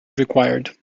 required